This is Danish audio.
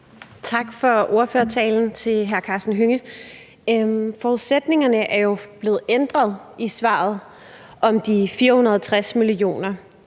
Tak for ordførertalen til hr. Karsten Hønge. Forudsætningerne er jo blevet ændret i svaret om de 460 mio.